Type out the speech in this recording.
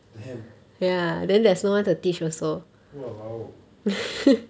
damn !walao!